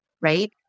right